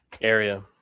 area